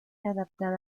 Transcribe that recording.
adaptada